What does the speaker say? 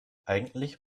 eigentlich